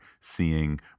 seeing